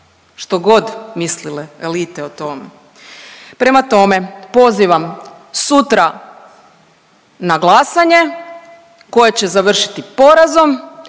što god mislile elite o tome. Prema tome, pozivam sutra na glasanje koje će završiti porazom,